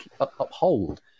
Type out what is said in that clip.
uphold